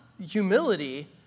humility